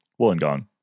Wollongong